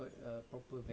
ya